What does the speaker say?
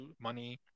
money